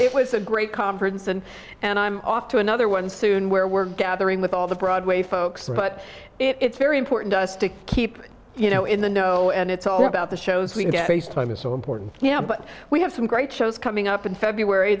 it was a great conference and and i'm off to another one soon where we're gathering with all the broadway folks but it's very important to us to keep you know in the know and it's all about the shows we get face time is so important you know but we have some great shows coming up in february